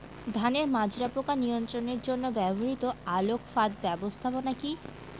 ধানের মাজরা পোকা নিয়ন্ত্রণের জন্য ব্যবহৃত আলোক ফাঁদ ব্যবস্থাপনা কি?